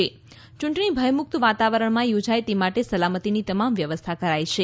યૂંટણી ભયમુક્ત વાતાવરણમાં યોજાય તે માટે સલામતીની વ્યવસ્થા કરાઈ છે